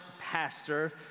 pastor